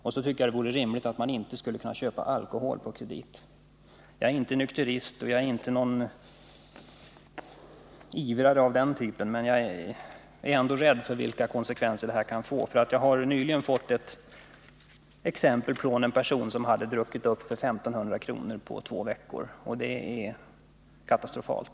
Och så tycker jag inte att man skall kunna köpa alkohol på kredit. Jag är inte nykterist eller någon ivrare av den typen, men jag är rädd för de konsekvenser det här kan få. Jag har nyligen hört talas om en person som druckit upp för 1500 kr. på två veckor. Det är katastrofalt.